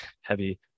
heavy